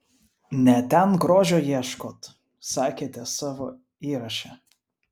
ne ten grožio ieškot sakėte savo įraše